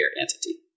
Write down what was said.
entity